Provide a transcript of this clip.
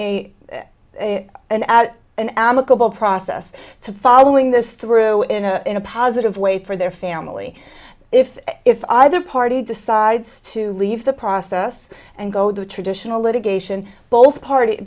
a an at an amicable process to following this through in a positive way for their family if if either party decides to leave the process and go the traditional litigation both parties